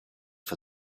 for